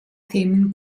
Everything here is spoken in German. themen